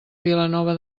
vilanova